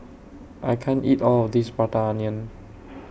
I can't eat All of This Prata Onion